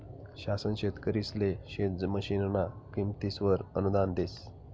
शासन शेतकरिसले शेत मशीनना किमतीसवर अनुदान देस